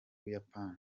buyapani